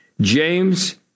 James